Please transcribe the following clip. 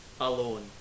alone